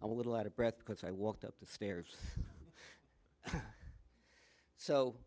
a little out of breath because i walked up the stairs so